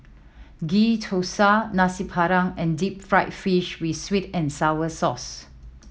Ghee Thosai Nasi Padang and deep fried fish with sweet and sour sauce